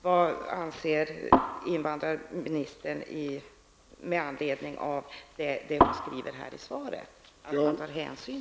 Vad anser invandrarministern?